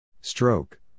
Stroke